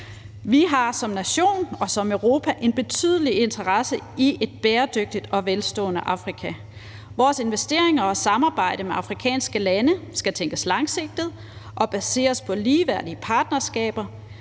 Vi har som nation og som Europa en betydelig interesse i et bæredygtigt og velstående Afrika. Vores investeringer og samarbejde med afrikanske lande skal tænkes langsigtet og baseres på ligeværdige partnerskaber,